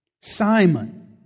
Simon